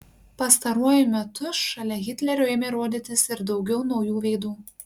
pastaruoju metu šalia hitlerio ėmė rodytis ir daugiau naujų veidų